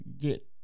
get